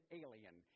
alien